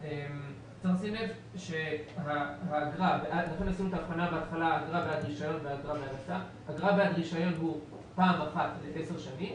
צריך לשים לב שהאגרה בעד רישיון היא פעם אחת לעשר שנים,